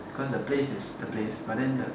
cause the place is the place but then the